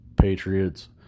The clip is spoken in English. Patriots